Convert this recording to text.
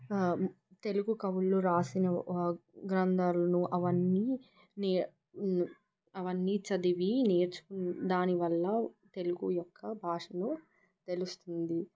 తెలుగు కవులు రాసిన గ్రంధాలను అవన్నీ అవన్నీ చదివి నేర్చుకుని దాని వల్ల తెలుగు యొక్క భాషను తెలుస్తుంది